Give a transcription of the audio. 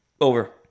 Over